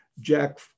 Jack